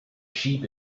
sheep